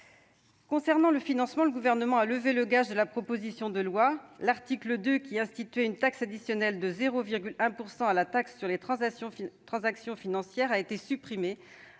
Concernant le financement, le Gouvernement a levé le gage de la proposition de loi. L'article 2 qui instituait une taxe additionnelle de 0,1 % à la taxe sur les transactions financières a été supprimé